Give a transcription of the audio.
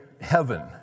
heaven